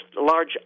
large